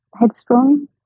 headstrong